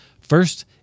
First